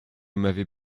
m’avez